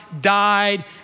died